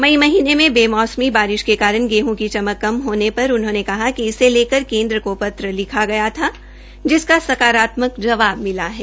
मई महीनें में बेमौसमी बारिश के कारण गेहं की चमक कम होने पर उन्होंने कहा कि इसे लेकर केन्द्र को पत्र लिखा गया था जिसका संकारात्मंक जवाब मिला है